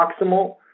proximal